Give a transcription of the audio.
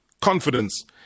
confidence